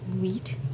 wheat